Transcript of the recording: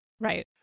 Right